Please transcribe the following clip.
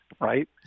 right